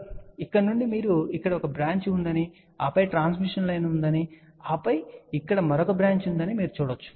కాబట్టి ఇక్కడ నుండి మీరు ఇక్కడ ఒక బ్రాంచ్ ఉందని ఆపై ట్రాన్స్మిషన్ లైన్ ఉందని ఆపై ఇక్కడ మరొక బ్రాంచ్ ఉందని మీరు చూడవచ్చు